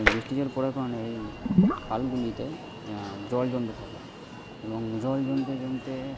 এই বৃষ্টির জল পড়ার কারণে এই খালগুলিতে জল জমতে থাকে এবং জল জমতে জমতে